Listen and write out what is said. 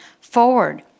forward